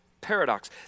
Paradox